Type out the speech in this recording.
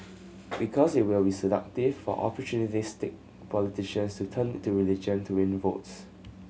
because it will be seductive for opportunistic politicians to turn to religion to win votes